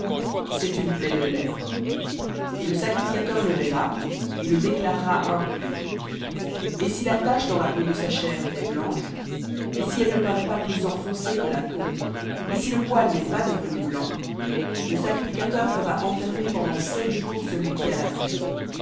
c'est une plaie de lèpre et le sacrificateur le verra et le déclarera impur et si la tache dans la peau de sa chair est blanche et si elle ne paraît pas plus enfoncée que la peau et si le poil n'est pas devenu blanc le sacrificateur fera enfermer pendant sept jours la plaie